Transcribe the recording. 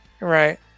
Right